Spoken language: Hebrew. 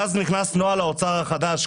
ואז גם נכנס נוהל האוצר החודש,